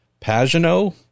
Pagano